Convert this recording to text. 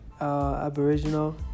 aboriginal